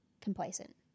complacent